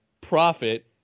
profit